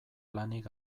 lanik